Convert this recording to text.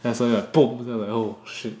that's why like boom 不是 and I'm like oh shit